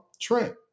Trent